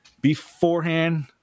beforehand